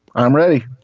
i'm ready.